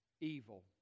evil